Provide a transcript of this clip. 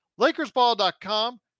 LakersBall.com